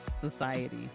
society